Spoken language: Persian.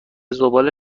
زباله